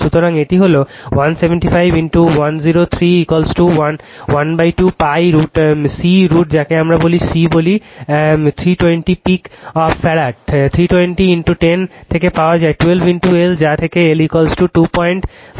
সুতরাং এটি হল 175 10312 π c√√ যাকে আমরা C বলি 320 পিক অফ ফ্যারাড 320 10 থেকে পাওয়ার 12 L যা থেকে L258 মিলি হেনরি পাবেন